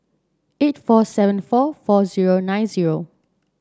eight four seven four four zero nine zero